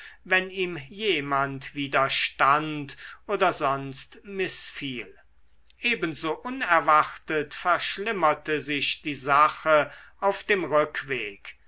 wenn ihm jemand widerstand oder sonst mißfiel ebenso unerwartet verschlimmerte sich die sache auf dem rückweg